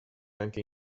anche